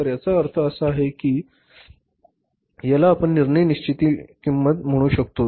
तर याचा अर्थ असा आहे कि याला आपण निर्णय निश्चिती किंमत म्हणू शकतो